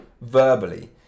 verbally